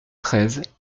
treize